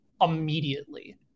immediately